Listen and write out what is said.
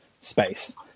space